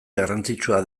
garrantzitsua